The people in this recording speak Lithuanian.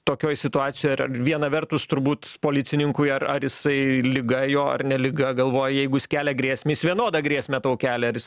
tokioj situacijoj viena vertus turbūt policininkui ar ar jisai liga jo ar ne liga galvoja jeigu jis kelia grėsmę vienodą grėsmę tau kelia